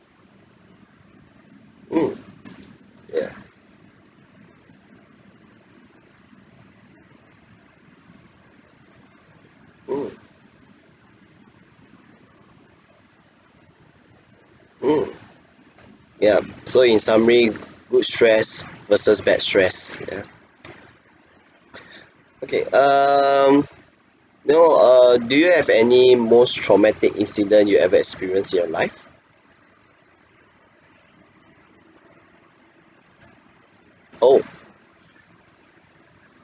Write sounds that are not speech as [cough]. mm ya mm mm yup so in summary good stress versus bad stress ya [noise] no [breath] okay um now err do you have any most traumatic incident you ever experienced in your life oh